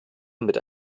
mit